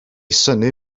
synnu